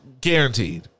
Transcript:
Guaranteed